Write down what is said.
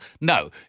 No